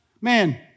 Man